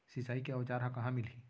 सिंचाई के औज़ार हा कहाँ मिलही?